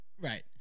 Right